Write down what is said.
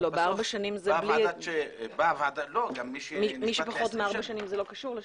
גם מי שנשפט ל-20 שנה --- מי שפחות מארבע שנים זה לא קשור לשליש.